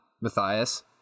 Matthias